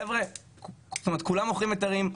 חבר'ה כולם מוכרים היתרים,